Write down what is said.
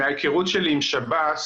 מההיכרות שלי עם שב"ס,